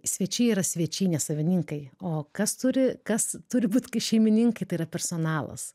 svečiai yra svečiai ne savininkai o kas turi kas turi būt kai šeimininkai yra personalas